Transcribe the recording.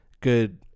good